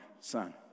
son